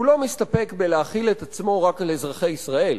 הוא לא מסתפק בלהחיל את עצמו רק על אזרחי ישראל,